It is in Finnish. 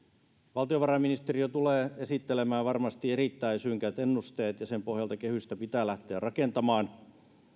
valtiovarainministeriö tulee esittelemään varmasti erittäin synkät ennusteet ja sen pohjalta kehystä pitää lähteä rakentamaan